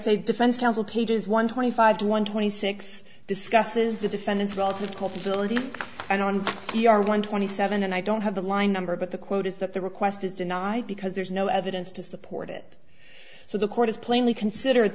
say defense counsel pages one twenty five one twenty six discusses the defendant's relative culpability i don't we are one twenty seven and i don't have the line number but the quote is that the request is denied because there's no evidence to support it so the court is plainly consider